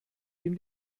dem